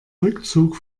rückzug